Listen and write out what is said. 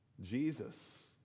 Jesus